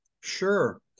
Sure